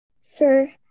Sir